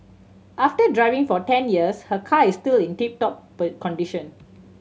after driving for ten years her car is still in tip top condition